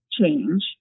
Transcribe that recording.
change